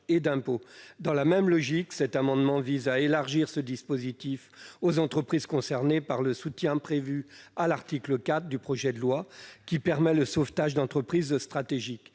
et d'impôts. Dans la même logique, cet amendement tend à élargir ce dispositif aux entreprises concernées par le soutien prévu à l'article 4 du projet de loi, qui permet le sauvetage d'entreprises stratégiques.